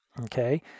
Okay